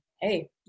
Hey